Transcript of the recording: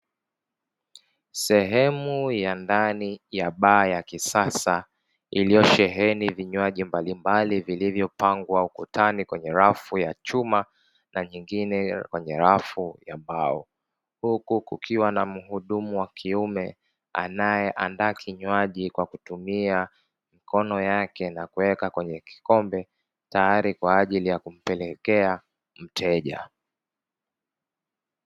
Sehemu ya ndani ya baa ya kisasa iliyosheheni vinywaji mbalimbali vilivyopangwa ukutani kwenye rafu ya chuma na nyingine ya rafu ya mbao. Huku kukiwa na mhudumu wa kiume anayeandaa kinywaji kwa kutumia mikono yake, na kuweka kwenye kikombe tayari kwa ajili ya kumpelekea mteja.